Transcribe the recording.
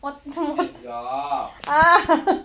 wat~ wat~ ah